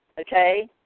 okay